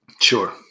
Sure